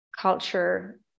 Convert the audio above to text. culture